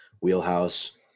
wheelhouse